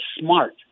smart